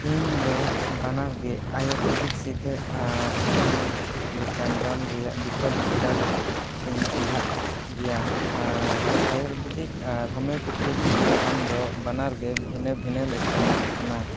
ᱤᱧᱫᱚ ᱵᱟᱱᱟᱨᱜᱮ ᱟᱭᱩᱨᱵᱮᱫᱤᱠ ᱥᱤᱫᱷᱟᱹ ᱟᱨ ᱦᱳᱢᱤᱭᱳᱯᱮᱛᱷᱤᱠ ᱞᱮᱠᱟᱱ ᱨᱟᱱ ᱨᱮᱭᱟᱜ ᱵᱤᱠᱚᱞ ᱯᱷᱮᱰᱟᱛ ᱛᱤᱧ ᱪᱮᱸᱜᱷᱟᱜ ᱜᱮᱭᱟ ᱟᱨ ᱟᱭᱩᱨᱵᱮᱫᱤᱠ ᱟᱨ ᱦᱳᱢᱤᱭᱳᱯᱮᱛᱷᱤᱠ ᱨᱮᱱᱟᱜ ᱨᱟᱱ ᱫᱚ ᱵᱟᱱᱟᱨᱜᱮ ᱵᱷᱤᱱᱟᱹ ᱵᱷᱤᱱᱟᱹ ᱞᱮᱠᱟᱱᱟᱜ ᱠᱟᱱᱟ